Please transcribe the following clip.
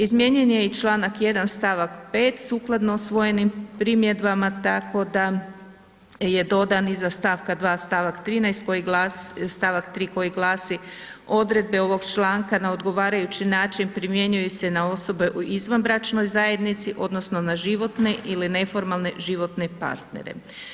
Izmijenjen je i članak 1. stavak 5. sukladno usvojenim primjedbama tako da je dodan iza stavka 2. stavak stavak 3. koji glasi: „Odredbe ovog članka na odgovarajući način primjenjuju se i na osobe u izvanbračnoj zajednici odnosno na životne ili neformalne životne partnere.